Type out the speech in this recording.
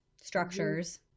structures